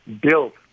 built